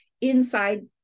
inside